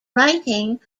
writing